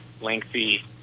lengthy